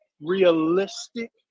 realistic